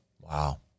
Wow